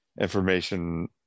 information